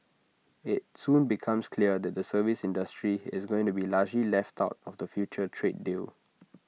IT soon becomes clear that the services industry is going to be largely left out of the future trade deal